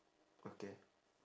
okay